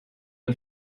den